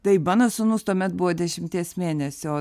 tai mano sūnus tuomet buvo dešimties mėnesių o